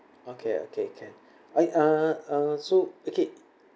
okay okay can I uh uh so okay